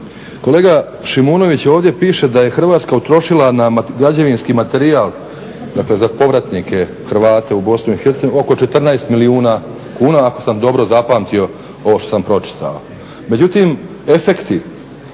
Kolega Šimunović ovdje piše da je Hrvatska utrošila na građevinski materijal, dakle za povratnike, Hrvate u Bosnu i Hercegovinu oko 14 milijuna kuna ako sam dobro zapamtio ovo što sam pročitao. Međutim, efekti